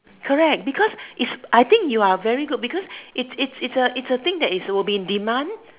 correct because is I think you are very good because it's it's it's a it's a thing that is will be in demand